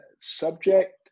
subject